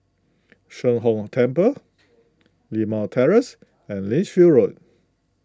Sheng Hong Temple Limau Terrace and Lichfield Road